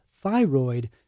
thyroid